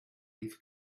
leaf